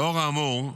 לאור האמור,